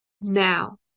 Now